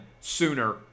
sooner